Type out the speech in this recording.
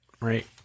right